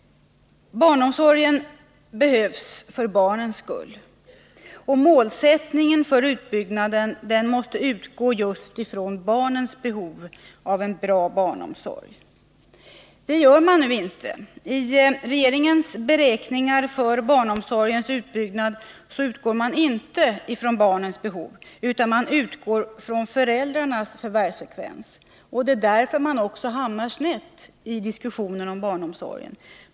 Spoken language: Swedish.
Barnomsorgen behövs för barnens skull. Målsättningen för utbyggnaden måste utgå från just barnens behov av en bra barnomsorg. Den målsättningen följer man nu inte. I regeringens beräkningar för barnomsorgens utbyggnad utgår man inte från barnens behov, utan man utgår från föräldrarnas förvärvsfrekvens. Det är därför man hamnar snett i diskussionen om barnomsorgen.